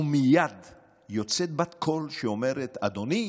ומייד יוצאת בת קול שאומרת: אדוני,